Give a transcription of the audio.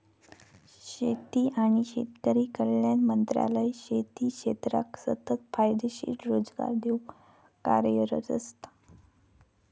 शेती आणि शेतकरी कल्याण मंत्रालय शेती क्षेत्राक सतत फायदेशीर रोजगार देऊक कार्यरत असता